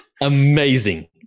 Amazing